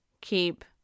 keep